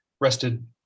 rested